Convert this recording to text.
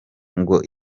ngo